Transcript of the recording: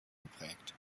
geprägt